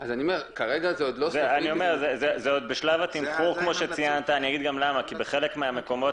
זה עדין בשלב התמחור כי בחלק מהמקומות